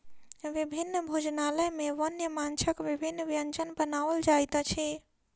विभिन्न भोजनालय में वन्य माँछक विभिन्न व्यंजन बनाओल जाइत अछि